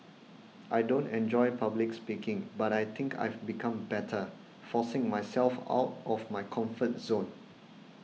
I don't enjoy public speaking but I think I've become better forcing myself out of my comfort zone